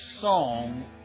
song